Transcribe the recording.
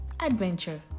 adventure